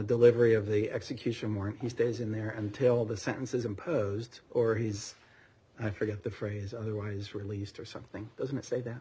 delivery of the execution more he stays in there until the sentences imposed or he's i forget the phrase otherwise released or something doesn't say that